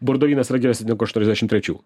bordo vynas yra geresnis negu aštuoniasdešim trečių